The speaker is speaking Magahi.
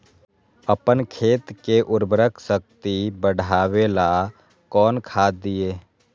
अपन खेत के उर्वरक शक्ति बढावेला कौन खाद दीये?